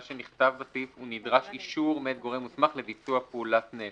מה שנכתב בסעיף הוא "נדרש אישור מאת הגורם המוסמך לביצוע פעולת נפט".